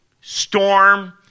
storm